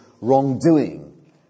wrongdoing